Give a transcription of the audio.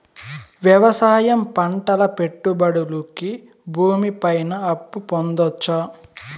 వ్యవసాయం పంటల పెట్టుబడులు కి భూమి పైన అప్పు పొందొచ్చా?